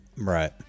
right